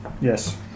Yes